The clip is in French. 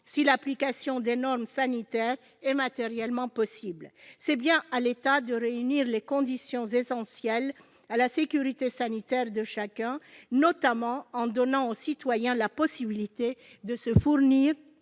si l'application des normes sanitaires est matériellement possible. C'est bien à l'État de réunir les conditions essentielles à la sécurité sanitaire de chacun, notamment en donnant la possibilité aux citoyens